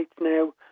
now